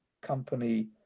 company